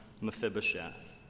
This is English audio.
Mephibosheth